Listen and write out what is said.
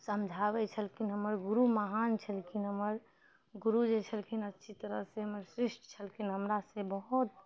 समझाबै छलखिन हमर गुरु महान छलखिन हमर गुरु जे छलखिन अच्छी तरह से हमर शिष्ट छलखिन हमरा से बहुत